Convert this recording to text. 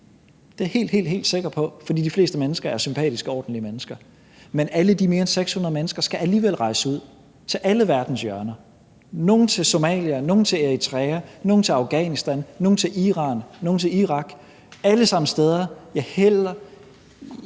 Det er jeg helt, helt sikker på, fordi de fleste mennesker er sympatiske, ordentlige mennesker, men alle de mere end 600 mennesker skal alligevel rejse ud til alle verdens hjørner: nogle til Somalia, nogle til Eritrea, nogle til Afghanistan, nogle til Iran, nogle til Irak – alle sammen steder, hvor jeg hellere